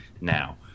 now